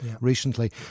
recently